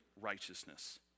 righteousness